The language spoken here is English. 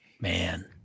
Man